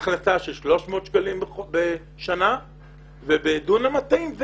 הכנסה של 300 שקלים בשנה ובדונם מטעים,